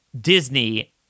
Disney